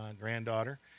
granddaughter